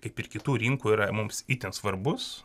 kaip ir kitų rinkų yra mums itin svarbus